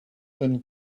than